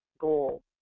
goal